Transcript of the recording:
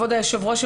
כבוד היושבת ראש,